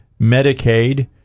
Medicaid